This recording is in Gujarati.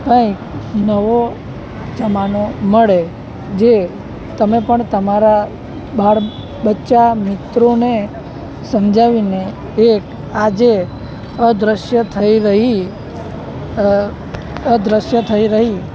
કાંઇક નવો જમાનો મળે જે તમે પણ તમારાં બાળ બચ્ચા મિત્રોને સમજાવીને એક આજે અદૃશ્ય થઈ રહી અદૃશ્ય થઈ રહી